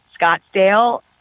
Scottsdale